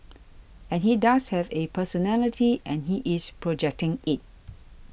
and he does have a personality and he is projecting it